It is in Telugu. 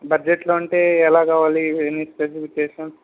బడ్జెట్లో అంటే ఎలా కావాలి ఎనీ స్పెసిఫికేషన్స్